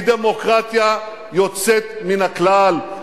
היא דמוקרטיה יוצאת מן הכלל.